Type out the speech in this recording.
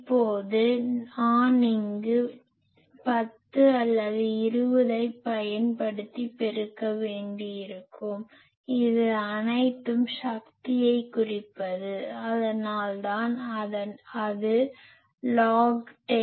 இப்போது இங்கே நான் 10 அல்லது 20 ஐப் பயன்படுத்தி பெருக்க வேண்டியிருக்கும் இது அனைத்தும் சக்தியை குறிப்பது அதனால்தான் அது லாக் 10